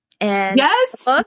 Yes